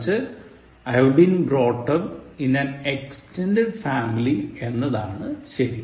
മറിച്ച് I've been brought up extended family എന്നതാണ് ശരി